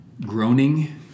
groaning